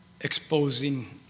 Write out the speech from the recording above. exposing